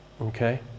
Okay